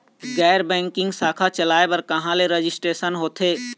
गैर बैंकिंग शाखा चलाए बर कहां ले रजिस्ट्रेशन होथे?